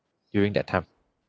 during that time